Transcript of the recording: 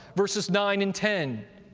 verses nine and ten.